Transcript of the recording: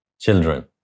children